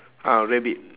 ah rabbit